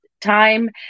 time